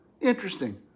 Interesting